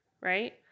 right